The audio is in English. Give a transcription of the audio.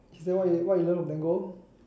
is that is that what you learn from Tango